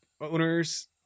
owners